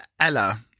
Ella